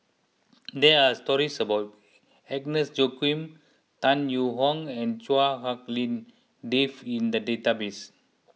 there are stories about Agnes Joaquim Tan Yee Hong and Chua Hak Lien Dave in the database